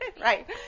Right